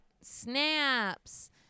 Snaps